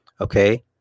okay